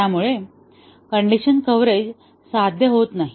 त्यामुळे condition coverage साध्य होत नाही